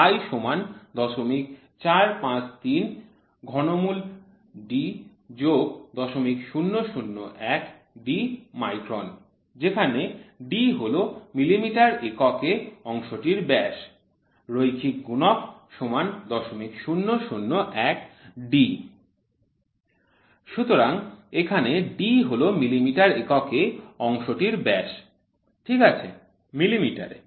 i ০৪৫৩৩D ০০০১ D micron যেখানে D হল মিমি এককে অংশটির ব্যাস রৈখিক গুণক ০০০১D সুতরাং এখানে D হল মিলিমিটার এককে অংশটির ব্যাস ঠিক আছে মিলিমিটারে